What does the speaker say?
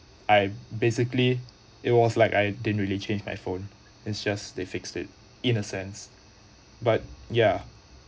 I basically it was like I didn't really change my phone it's just they fixed it in a sense but ya